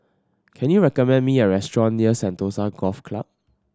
can you recommend me a restaurant near Sentosa Golf Club